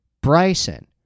Bryson